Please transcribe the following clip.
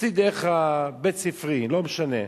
דרך בית-ספרי, לא משנה,